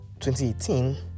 2018